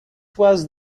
was